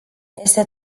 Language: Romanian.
este